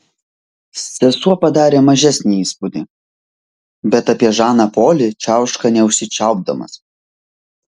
sesuo padarė mažesnį įspūdį bet apie žaną polį čiauška neužsičiaupdamas